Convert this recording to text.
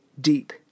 deep